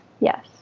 Yes